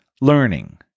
learning